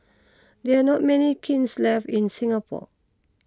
there are not many kilns left in Singapore